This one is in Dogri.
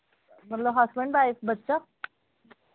मतलब हस्बैंड वाइफ बच्चा